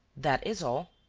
that is all.